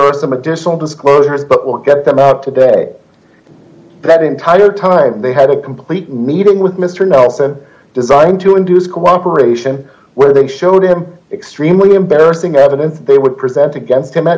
are some additional disclosures but we'll get them out today that entire time they had a complete meeting with mr nelson designed to induce cooperation where they showed him extremely embarrassing evidence they would present against him a